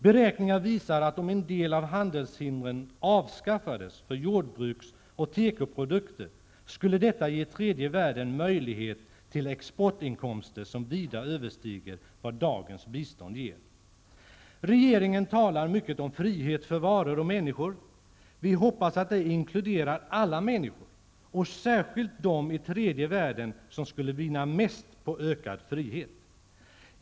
Beräkningar visar att om en del av handelshindren avskaffas för jordbruks och tekoprodukter, skulle detta ge tredje världen möjlighet till exportinkomster som vida överstiger vad dagens bistånd ger. Regeringen talar mycket om frihet för varor och människor. Vi hoppas att det inkluderar alla människor och särskilt dem i tredje världen som skulle vinna mest på ökad frihet.